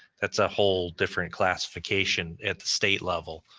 that's a whole different classification at the state level.